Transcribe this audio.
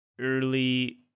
early